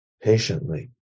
patiently